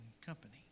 company